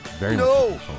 No